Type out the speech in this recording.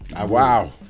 Wow